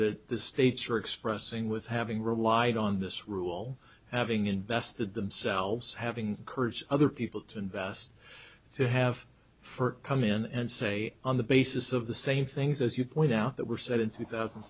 that the states are expressing with having relied on this rule having invested themselves having courage other people to invest to have for come in and say on the basis of the same things as you point out that were said in two thousand